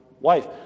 wife